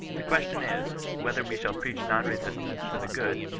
the question is, whether we shall preach non resistance to the good,